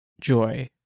joy